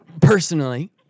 personally